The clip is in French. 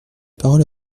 parole